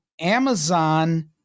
Amazon